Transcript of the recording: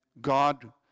God